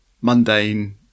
mundane